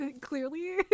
clearly